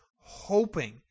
hoping